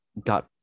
got